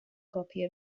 copy